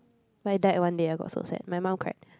but it died one day I got so sad my mum cried